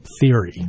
theory